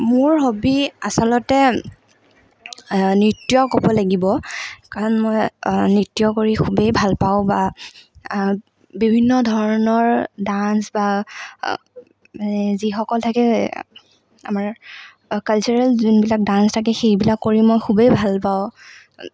মোৰ হবী আচলতে নৃত্য় ক'ব লাগিব কাৰণ মই নৃত্য় কৰি খুবেই ভালপাওঁ বা বিভিন্ন ধৰণৰ ডান্স বা যিসকল থাকে আমাৰ কালচাৰেল যোনবিলাক ডান্স থাকে সেইবিলাক কৰি মই খুবেই ভালপাওঁ